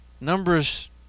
Numbers